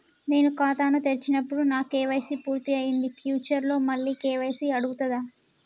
నేను ఖాతాను తెరిచినప్పుడు నా కే.వై.సీ పూర్తి అయ్యింది ఫ్యూచర్ లో మళ్ళీ కే.వై.సీ అడుగుతదా?